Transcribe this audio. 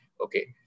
Okay